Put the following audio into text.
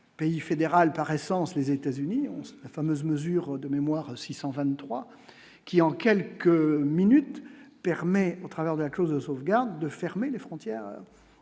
pays fédéral par essence, les États-Unis, la fameuse mesure de mémoire 623 qui en quelques minutes, permet au travers de la clause de sauvegarde, de fermer les frontières,